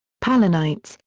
palinites,